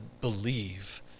believe